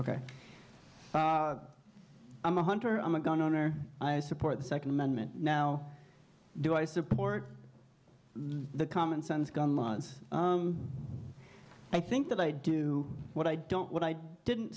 ok i'm a hunter i'm a gun owner i support the second amendment now do i support the common sense gun laws i think that i do what i don't what i didn't